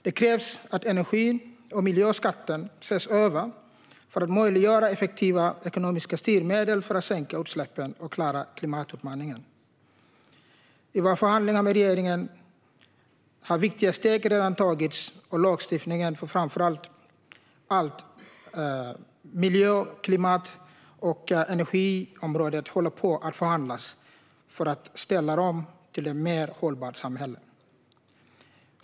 Det krävs att energi och miljöskatter ses över för att möjliggöra effektiva ekonomiska styrmedel för att sänka utsläppen och klara klimatutmaningen. I våra förhandlingar med regeringen har viktiga steg redan tagits, och lagstiftningen på framför allt miljö-, klimat och energiområdet håller på att förhandlas för att vi ska ställa om till ett mer hållbart samhälle.